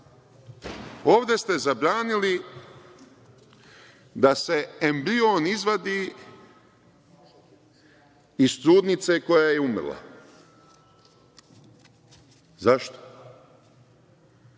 ovde ste zabranili da se embrion izvadi iz trudnice koja je umrla. Zašto?